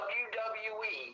wwe